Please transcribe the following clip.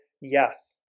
Yes